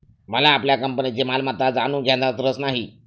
मला आपल्या कंपनीची मालमत्ता जाणून घेण्यात रस नाही